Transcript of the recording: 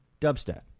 dubstep